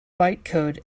bytecode